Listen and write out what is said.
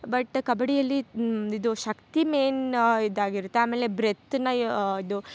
but ಕಬಡ್ಡಿಯಲ್ಲಿ ಇದು ಶಕ್ತಿ ಮೇನ್ ಇದಾಗಿರುತ್ತೆ ಆಮೇಲೆ ಬ್ರೆತ್ನ ಇದು